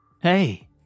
Hey